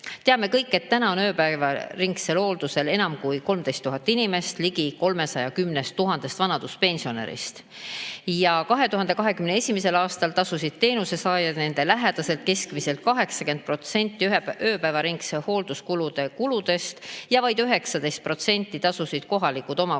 Teame kõik, et ööpäevaringsel hooldusel on enam kui 13 000 inimest ligi 310 000 vanaduspensionärist. 2021. aastal tasusid teenusesaajad ja nende lähedased keskmiselt 80% ööpäevaringse hoolduse kuludest ja vaid 19% tasusid kohalikud